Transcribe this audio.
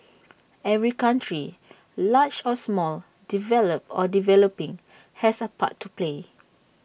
every country large or small developed or developing has A part to play